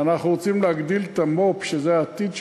אנחנו רוצים להגדיל את המו"פ, שזה העתיד שלנו,